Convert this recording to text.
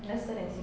lesser than C_P_F